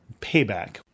payback